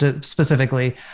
specifically